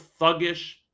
thuggish